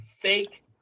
fake